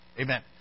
Amen